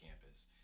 campus